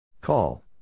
Call